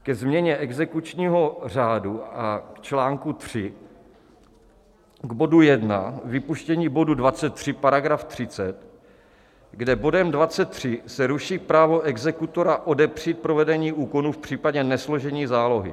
Ke změně exekučního řádu a k článku 3 k bodu 1, vypuštění bodu 23 § 30, kde bodem 23 se ruší právo exekutora odepřít provedení úkonu v případě nesložení zálohy.